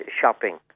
shopping